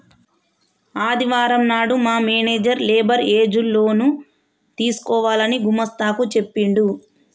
ఆదివారం నాడు మా మేనేజర్ లేబర్ ఏజ్ లోన్ తీసుకోవాలని గుమస్తా కు చెప్పిండు